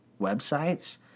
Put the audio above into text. websites